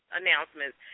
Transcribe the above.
announcements